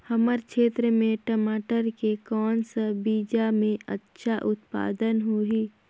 हमर क्षेत्र मे मटर के कौन सा बीजा मे अच्छा उत्पादन होही?